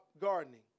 gardening